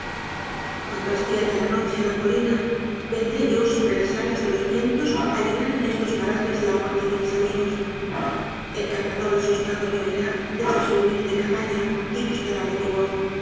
cuando ascienda la noche á la colina vendré yo sobre las alas de los vientos á llorar en estos parajes la muerte de mis amigos el cazador asustado me oirá desde su humilde cabana y gustará de mi voz